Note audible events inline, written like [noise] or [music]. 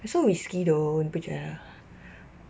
so risky though 你不觉得 [breath]